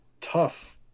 tough